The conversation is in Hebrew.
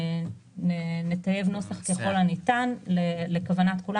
נטייב נוסח ככל הניתן לכוונת כולם.